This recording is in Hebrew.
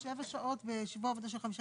כפול מספר השעות היומיות בממוצע